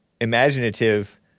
Imaginative